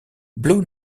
blue